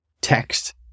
text